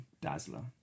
Dazzler